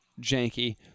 janky